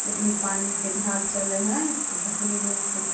जखन पानीके धार चलै हइ तऽ तखन लोक